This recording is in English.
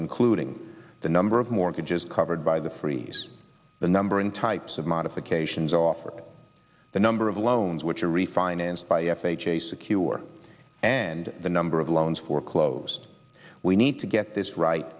including the number of mortgages covered by the freeze the number and types of modifications offered the number of loans which are refinanced by f h a secure and the number of loans foreclose we need to get this right